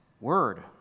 Word